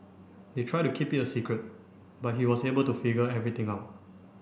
they tried to keep it a secret but he was able to figure everything out